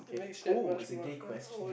okay oh it's a gay question